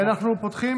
אנחנו פותחים